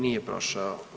Nije prošao.